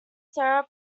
sarah